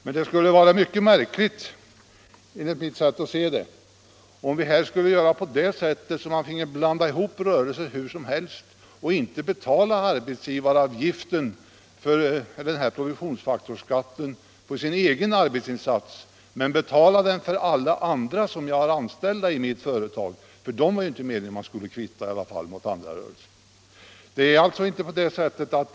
Det skulle enligt mitt sätt att se vara mycket märkligt om man finge blanda ihop rörelser hur som helst och inte betala den produktionsfaktorsskatt som arbetsgivaravgiften utgör på sin egen arbetsinsats men väl betala den för alla andra som är anställda i företaget i fråga — för deras arbetsgivaravgift är det ju i alla fall inte meningen att man skall få kvitta mot vinst i andra rörelser.